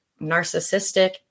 narcissistic